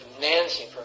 Nancy